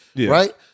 right